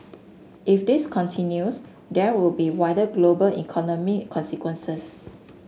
if this continues there could be wider global economic consequences